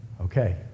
Okay